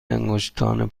انگشتان